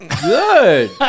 good